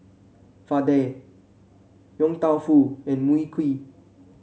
vadai Yong Tau Foo and Mui Kee